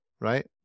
right